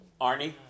Arnie